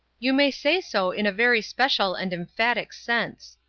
you may say so in a very special and emphatic sense,